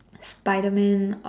Spiderman